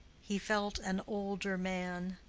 he felt an older man.